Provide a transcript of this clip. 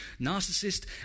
narcissist